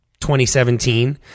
2017